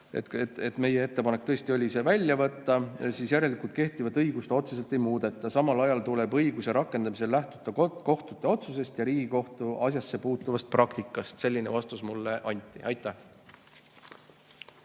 meie ettepanek oli see välja võtta, siis järelikult kehtivat õigust otseselt ei muudeta. Samal ajal tuleb õiguse rakendamisel lähtuda kohtute otsusest ja Riigikohtu asjasse puutuvast praktikast. Selline vastus mulle anti. Aitäh!